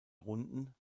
runden